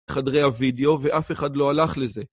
חדרי הווידאו ואף אחד לא הלך לזה.